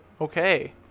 Okay